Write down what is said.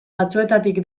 batzuetatik